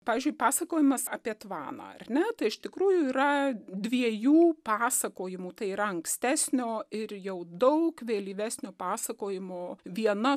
pavyzdžiui pasakojimas apie tvaną ar ne tai iš tikrųjų yra dviejų pasakojimų tai yra ankstesnio ir jau daug vėlyvesnio pasakojimo viena